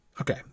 Okay